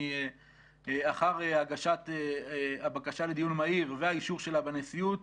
שלאחר הגשת הבקשה לדיון מהיר והאישור שלה בנשיאות,